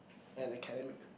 and academic